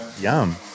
Yum